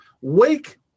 Wake